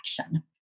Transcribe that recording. action